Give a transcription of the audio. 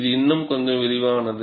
இது இன்னும் கொஞ்சம் விரிவானது